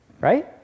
Right